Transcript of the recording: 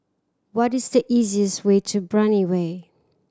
what is the easiest way to Brani Way